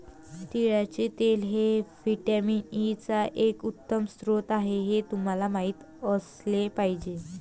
तिळाचे तेल हे व्हिटॅमिन ई चा एक उत्तम स्रोत आहे हे तुम्हाला माहित असले पाहिजे